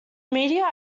media